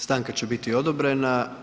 Stanka će biti odobrena.